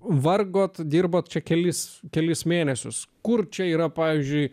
vargote dirbote čia kelis kelis mėnesius kur čia yra pavyzdžiui